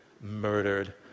murdered